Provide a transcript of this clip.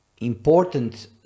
important